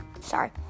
sorry